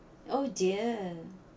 oh dear